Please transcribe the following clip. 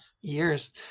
years